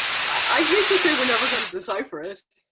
i hate to say, we're never going to decipher it.